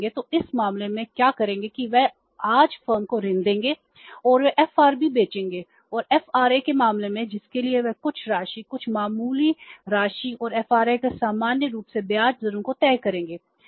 तो इस मामले में वे क्या करेंगे कि वे आज फर्म को ऋण देंगे और वे एफआरए को सामान्य रूप से ब्याज दरों को तय करेंगे